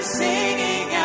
singing